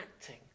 acting